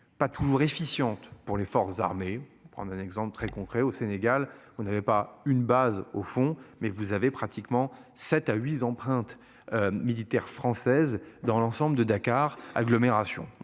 pas toujours efficientes pour les forces armées prendre un exemple très concret au Sénégal on n'avait pas une base, au fond, mais vous avez pratiquement 7 à 8 empreinte. Militaire française dans l'ensemble de Dakar agglomération